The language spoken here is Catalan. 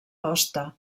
hoste